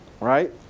right